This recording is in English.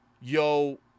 yo